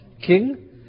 King